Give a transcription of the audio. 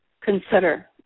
consider